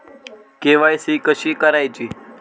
KYC कशी करायची?